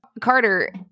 Carter